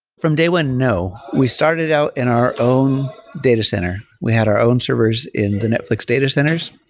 from day one, no. we started out in our own data center. we had our own servers in the netflix data centers.